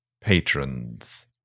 patrons